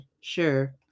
sure